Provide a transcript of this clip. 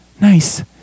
nice